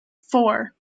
four